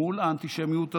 מול האנטישמיות הזו,